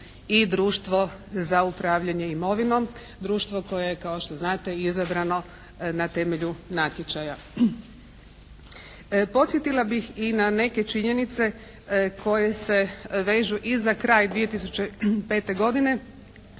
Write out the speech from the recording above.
i Društvo za upravljanje imovinom. Društvo koje je kao što znate izabrano na temelju natječaja. Podsjetila bih i na neke činjenice koje se vežu i za kraj 2005. godine,